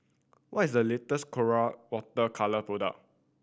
what is the latest Colora Water Colour product